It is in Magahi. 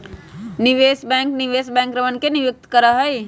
निवेश बैंक निवेश बैंकरवन के नियुक्त करा हई